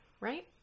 Right